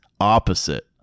opposite